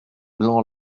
blancs